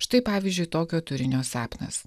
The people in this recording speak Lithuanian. štai pavyzdžiui tokio turinio sapnas